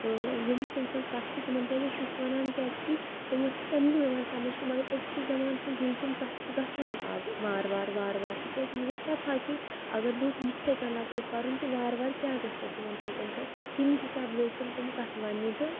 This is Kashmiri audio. تہٕ یِم تٔمۍ سٕنٛز کَتھٕ چھُ تِمَن کیٛازِ ٲسۍ شُرٛکۍ وَنان کیٛازِکہِ تِم ٲسۍ تَمہِ دۄہ یِوان سَمٕجھ کینٛہہ مگر أزکِس زمانَس منٛز ییٚلہِ تِم کَتھٕ چھُ گژھان اَز وارٕ وارٕ وارٕ وارٕ تِکیٛازِ تٔمِس اوس پَتہٕ ہا کہِ اگر لُکھ یِتھَے کٔنۍ لگوکھ کَرُن تہٕ وارٕ وارٕ کیٛاہ گژھِ پَتہٕ یِمَن سۭتۍ تہٕ تمی حِساب لٔگۍ تِم کَتھٕ وَننہِ تہٕ